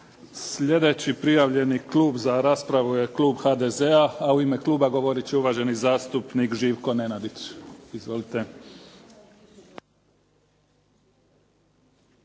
Sljedeći prijavljeni klub za raspravu je klub HDZ-a. A u ime kluba govoriti će uvaženi zastupnik Živko Nenadić. Izvolite.